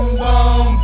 boom